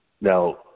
Now